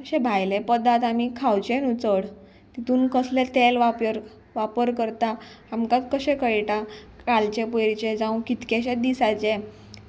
अशे भायले पदार्थ आमी खावचे न्हू चड तितून कसले तेल वापर वापर करता आमकां कशें कळटा कालचे पयरचे जावं कितकेशे दिसाचे